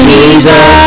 Jesus